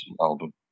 album